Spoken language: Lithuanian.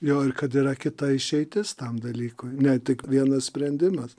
jo ir kad yra kita išeitis tam dalykui ne tik vienas sprendimas